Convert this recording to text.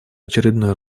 очередной